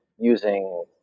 using